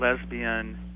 lesbian